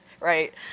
right